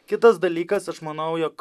kitas dalykas aš manau jog